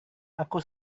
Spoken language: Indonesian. aku